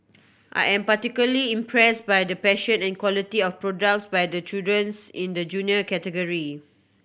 I am particularly impressed by the passion and quality of projects by the children in the Junior category